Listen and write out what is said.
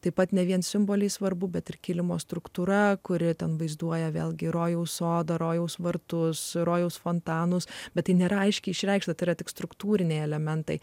taip pat ne vien simboliai svarbu bet ir kilimo struktūra kuri ten vaizduoja vėlgi rojaus sodo rojaus vartus rojaus fontanus bet tai nėra aiškiai išreikšti yra tik struktūriniai elementai